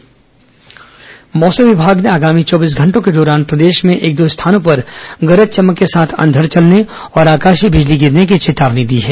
मौसम मौसम विभाग ने आगामी चौबीस घंटों के दौरान प्रदेश में एक दो स्थानों पर गरज चमक के साथ अंधड़ चलने और आकाशीय बिजली गिरने की चेतावनी दी है